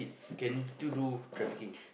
can still do trafficking